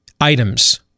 items